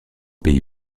pays